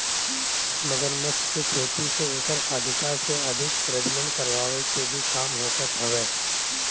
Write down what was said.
मगरमच्छ के खेती से एकर अधिका से अधिक प्रजनन करवाए के भी काम होखत हवे